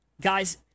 guys